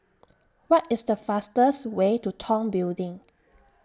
What IS The fastest Way to Tong Building